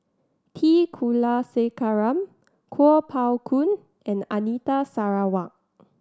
T Kulasekaram Kuo Pao Kun and Anita Sarawak